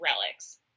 relics